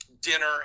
dinner